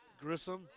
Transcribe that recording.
Grissom